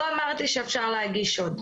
לא אמרתי שאפשר להגיש עוד.